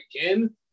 again